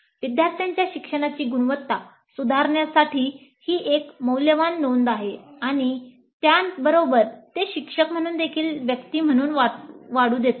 विद्यार्थ्यांच्या शिक्षणाची गुणवत्ता सुधारण्यासाठी ही एक मौल्यवान नोंद आहे आणि त्याचबरोबर ते शिक्षक म्हणून देखील व्यक्ती म्हणून वाढू देतात